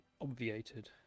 obviated